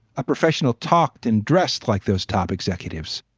a professional talked and dressed like those top executives,